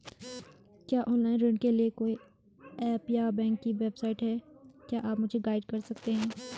क्या ऑनलाइन ऋण के लिए कोई ऐप या बैंक की वेबसाइट है क्या आप मुझे गाइड कर सकते हैं?